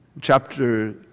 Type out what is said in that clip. Chapter